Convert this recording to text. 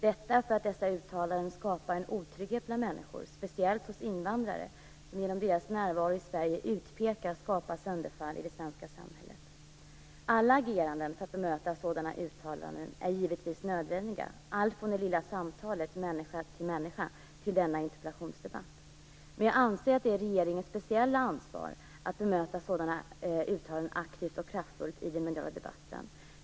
Dessa uttalanden skapar nämligen en otrygghet bland människor - speciellt hos invandrare, som beskylls för att skapa sönderfall i det svenska samhället genom sin närvaro i Sverige. Alla ageranden för att bemöta sådana uttalanden är givetvis nödvändiga, alltifrån det lilla samtalet människor emellan till denna interpellationsdebatt. Men jag anser att det är regeringens speciella ansvar att bemöta sådana uttalanden aktivt och kraftfullt i den mediala debatten.